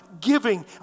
giving